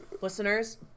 listeners